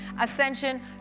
ascension